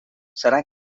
serà